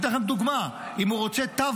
אני אתן לכם דוגמה: אם הוא רוצה תו